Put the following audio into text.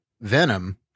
Venom